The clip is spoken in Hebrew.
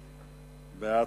נמנעים.